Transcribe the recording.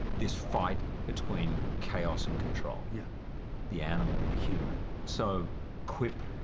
this fight between chaos and control, yeah the animal and the human. so quip,